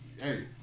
Hey